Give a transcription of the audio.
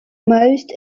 most